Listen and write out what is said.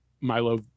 milo